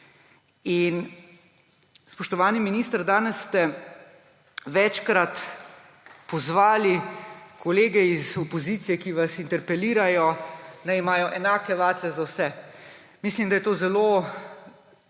Spoštovani minister, danes ste večkrat pozvali kolege iz opozicije, ki vas interpelirajo, naj imajo enake vatle za vse. Mislim, da je to